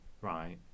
Right